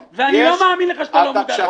ואני לא מאמין שאתה לא מודע לשוק.